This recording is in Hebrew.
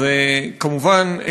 כמובן,